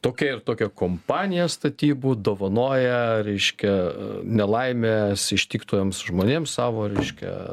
tokia ir tokia kompanija statybų dovanoja reiškia nelaimės ištiktuoms žmonėms savo reiškia